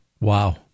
Wow